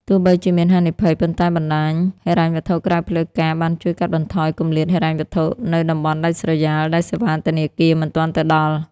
ទោះបីជាមានហានិភ័យ ប៉ុន្តែបណ្ដាញហិរញ្ញវត្ថុក្រៅផ្លូវការបានជួយកាត់បន្ថយ "គម្លាតហិរញ្ញវត្ថុ" នៅតំបន់ដាច់ស្រយាលដែលសេវាធនាគារមិនទាន់ទៅដល់។